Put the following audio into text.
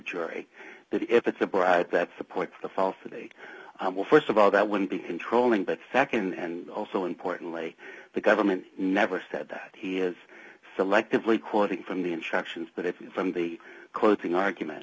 jury that if it's a bride that supports the falsity well st of all that would be controlling but nd and also importantly the government never said that he is selectively quoting from the instructions but if from the closing argument